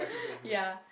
yeah